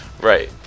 Right